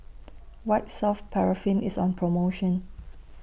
White Soft Paraffin IS on promotion